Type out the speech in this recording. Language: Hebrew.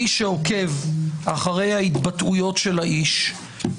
מי שעוקב אחרי ההתבטאויות של האיש --- השר.